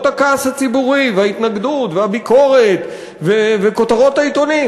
הכעס הציבורי וההתנגדות והביקורת וכותרות העיתונים,